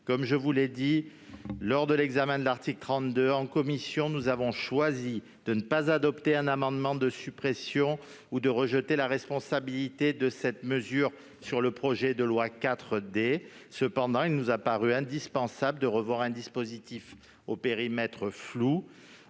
de l'écotaxe. Lors de l'examen de l'article 32 en commission, nous avons fait le choix de responsabilité de ne pas adopter un amendement de suppression ou de rejeter la responsabilité de cette mesure sur le projet de loi 4D. Cependant, il nous a paru indispensable de revoir un dispositif au périmètre flou